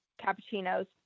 cappuccinos